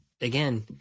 again